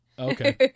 Okay